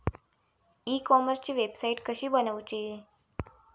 E कॉमर्सची website कशी बनवची?